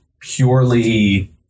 purely